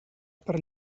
per